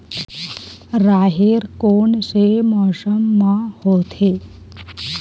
राहेर कोन से मौसम म होथे?